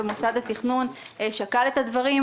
ומוסד התכנון שקל את הדברים,